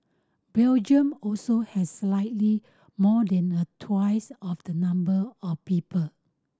Belgium also has slightly more than a twice of the number of people